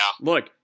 look